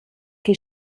che